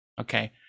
Okay